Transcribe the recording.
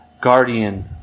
guardian